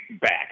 back